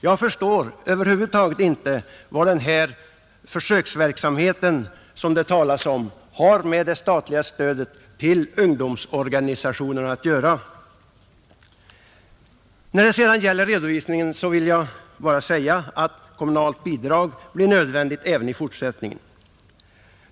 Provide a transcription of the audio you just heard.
Jag förstår över huvud taget inte vad den här försöksverksamheten som det talas om har med det statliga stödet till ungdomsorganisationerna att göra, När det gäller redovisningen vill jag bara säga, att kommunalt bidrag blir nödvändigt även i fortsättningen.